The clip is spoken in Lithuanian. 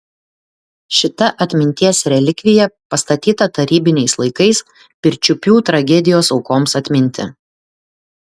šita atminties relikvija pastatyta tarybiniais laikais pirčiupių tragedijos aukoms atminti